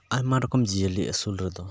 ᱟᱭᱢᱟ ᱨᱚᱠᱚᱢ ᱡᱤᱭᱟᱹᱞᱤ ᱟᱹᱥᱩᱞ ᱨᱮᱫᱚ